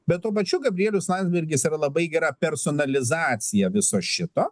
bet tuo pačiu gabrielius landsbergis yra labai gera personalizacija viso šito